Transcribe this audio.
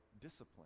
discipline